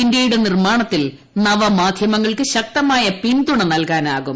ഇന്തൃയുടെ നിർമാണത്തിൽ നവമാധ്യമങ്ങൾക്ക് പുതിയ ശക്തമായ പിന്തുണ നൽകാനാകും